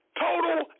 Total